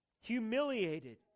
humiliated